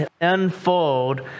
unfold